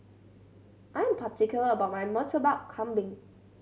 I'm particular about my Murtabak Kambing